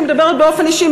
אני מדברת באופן אישי,